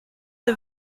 the